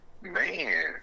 man